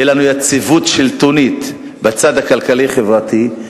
לנו יציבות שלטונית בצד הכלכלי-חברתי,